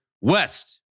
west